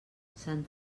sant